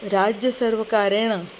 राज्यसर्वकारेण